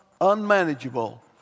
unmanageable